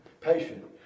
Patient